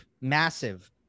massive